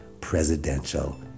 presidential